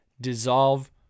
dissolve